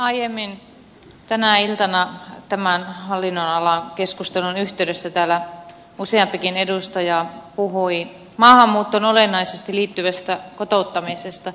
aiemmin tänä iltana tämän hallinnonalan keskustelun yhteydessä täällä useampikin edustaja puhui maahanmuuttoon olennaisesti liittyvästä kotouttamisesta